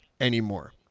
anymore